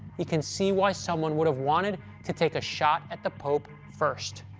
you can see why someone would have wanted to take a shot at the pope first.